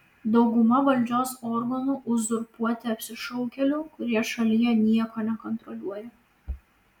dauguma valdžios organų uzurpuoti apsišaukėlių kurie šalyje nieko nekontroliuoja